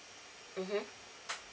mmhmm